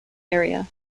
area